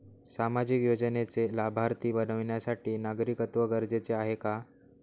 सामाजिक योजनेचे लाभार्थी बनण्यासाठी नागरिकत्व गरजेचे आहे का?